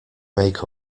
make